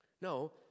No